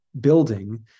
building